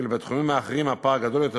ואילו בתחום האחרים הפער גדול יותר,